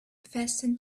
fasten